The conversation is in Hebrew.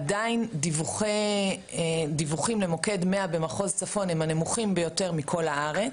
עדיין דיווחים למוקד 100 במחוז צפון הם הנמוכים ביותר מכל הארץ.